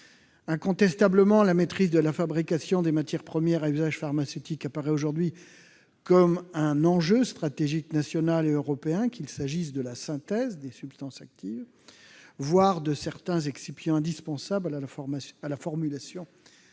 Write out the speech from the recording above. Incontestablement, la maîtrise de la fabrication des matières premières à usage pharmaceutique apparaît aujourd'hui comme un enjeu stratégique national et européen, tout comme la synthèse des substances actives, voire de certains excipients indispensables à la formulation